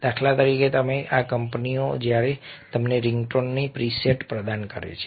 દાખલા તરીકે આ કંપનીઓ જ્યારે તમને રિંગટોનનો પ્રીસેટ પ્રદાન કરે છે